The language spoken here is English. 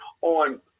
on